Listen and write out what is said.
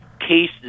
cases